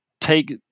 take